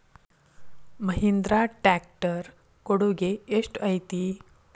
Mahindra tractor ಕೊಡುಗೆ ಎಷ್ಟು ಐತಿ?